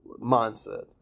mindset